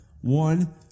One